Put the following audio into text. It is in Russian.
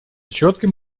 четким